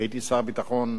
הייתי שר ביטחון.